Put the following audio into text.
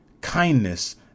Kindness